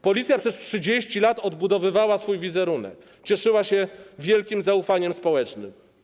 Policja przez 30 lat odbudowywała swój wizerunek, cieszyła się wielkim zaufaniem społecznym.